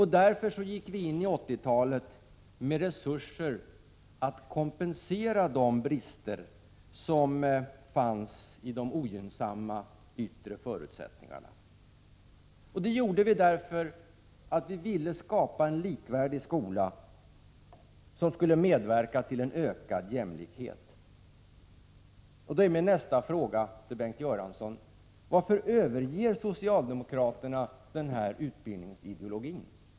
Därför gick vi på 80-talet in med resurser för att kompensera de brister som fanns i de ogynnsamma yttre förutsättningarna. Det gjorde vi därför att vi ville skapa en för alla likvärdig skola, som skulle medverka till en ökad jämlikhet. Då är min nästa fråga till Bengt Göransson: Varför överger socialdemokraterna den utbildningsideologin?